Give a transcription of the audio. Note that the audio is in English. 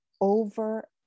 over